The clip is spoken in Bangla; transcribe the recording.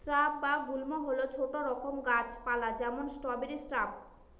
স্রাব বা গুল্ম হল ছোট রকম গাছ পালা যেমন স্ট্রবেরি শ্রাব